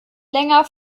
länger